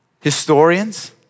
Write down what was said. historians